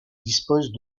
disposent